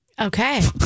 okay